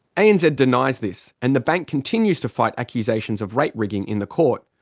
anz denies this and the bank continues to fight accusations of rate-rigging in the court.